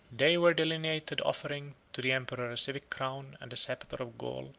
they were delineated offering to the emperor a civic crown and the sceptre of gaul,